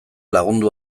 lagundu